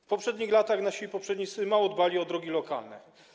W poprzednich latach nasi poprzednicy mało dbali o drogi lokalne.